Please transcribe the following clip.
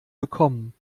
bekommen